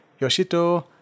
Yoshito